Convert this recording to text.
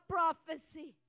prophecy